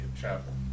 travel